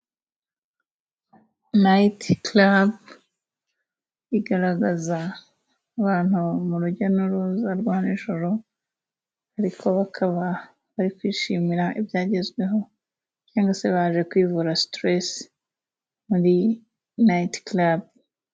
Nayitikalabu igaragaza abantu mu rujya n'uruza rwa nijoro, ariko bakaba bari kwishimira ibyagezweho, cyangwa se baje kwivura siteresi muri nayitikalabu.